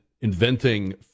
inventing